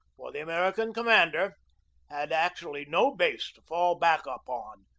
for the american commander had actually no base to fall back upon,